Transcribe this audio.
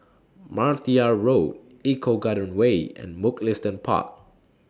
Martia Road Eco Garden Way and Mugliston Park